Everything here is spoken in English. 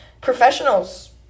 professionals